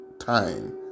time